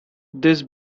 this